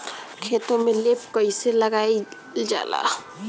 खेतो में लेप कईसे लगाई ल जाला?